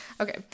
okay